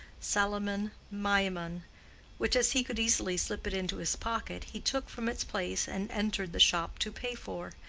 salomon maimon which, as he could easily slip it into his pocket, he took from its place, and entered the shop to pay for,